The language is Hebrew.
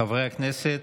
חברי הכנסת,